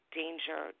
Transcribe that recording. danger